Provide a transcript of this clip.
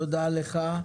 תודה לך.